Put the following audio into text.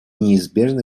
неизбежно